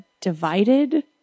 Divided